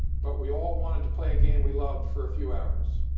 but we all wanted to play a game we loved for a few hours.